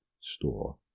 Store